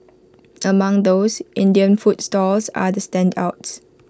among those Indian food stalls are the standouts